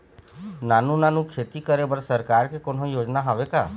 नानू नानू खेती करे बर सरकार के कोन्हो योजना हावे का?